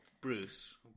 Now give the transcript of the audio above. Bruce